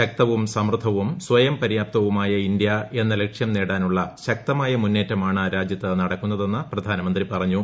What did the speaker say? ശക്തവും സമൃദ്ധവൂടിസ്ദ്ധയം പര്യാപ്തവുമായ ഇന്ത്യ എന്ന ലക്ഷ്യം നേടാനുള്ള് ശ്രക്തമായ മുന്നേറ്റമാണ് രാജ്യത്ത് നടക്കുന്നതെന്ന് പ്രിധാനമ്ന്ത്രി പറഞ്ഞു